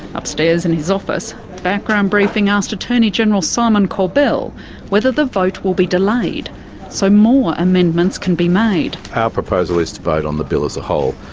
upstairs in his office background briefing asked attorney general simon corbell whether the vote will be delayed so more amendments can be made. our proposal is to vote on the bill as a whole.